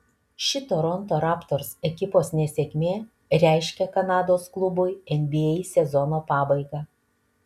ši toronto raptors ekipos nesėkmė reiškia kanados klubui nba sezono pabaigą